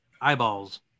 eyeballs